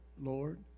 Lord